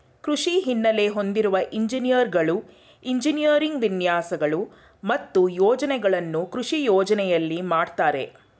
ಕೃಷಿ ಹಿನ್ನೆಲೆ ಹೊಂದಿರುವ ಎಂಜಿನಿಯರ್ಗಳು ಎಂಜಿನಿಯರಿಂಗ್ ವಿನ್ಯಾಸಗಳು ಮತ್ತು ಯೋಜನೆಗಳನ್ನು ಕೃಷಿ ಯೋಜನೆಯಲ್ಲಿ ಮಾಡ್ತರೆ